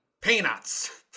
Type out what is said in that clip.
peanuts